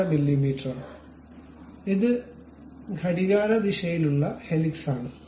5 മില്ലീമീറ്ററാണ് ഇത് ഘടികാരദിശയിലുള്ള ഹെലിക്സാണ്